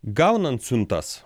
gaunant siuntas